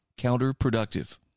counterproductive